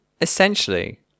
essentially